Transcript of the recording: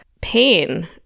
pain